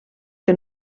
que